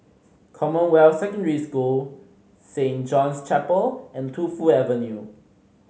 Commonwealth Secondary School Saint John's Chapel and Tu Fu Avenue